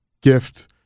gift